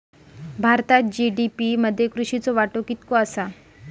भारतात जी.डी.पी मध्ये कृषीचो वाटो कितको आसा?